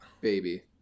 baby